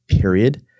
period